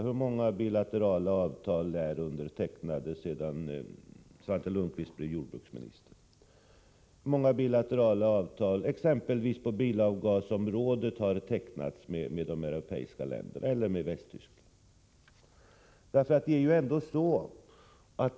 Hur många bilaterala avtal har undertecknats sedan Svante Lundkvist tillträdde som jordbruksminister? Hur många bilaterala avtal på exempelvis bilavgasområdet har tecknats med de europeiska länderna eller med enbart Västtyskland?